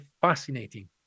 fascinating